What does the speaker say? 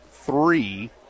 three